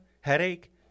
Headache